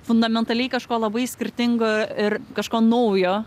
fundamentaliai kažko labai skirtingo ir kažko naujo